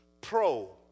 pro